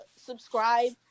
subscribe